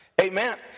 Amen